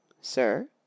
Sir